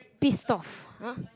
pissed off !huh!